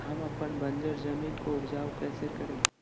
हम अपन बंजर जमीन को उपजाउ कैसे करे?